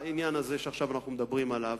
העניין הזה שעכשיו אנחנו מדברים עליו,